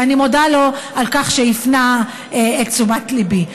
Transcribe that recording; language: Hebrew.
ואני מודה לו על כך שהפנה את תשומת ליבי.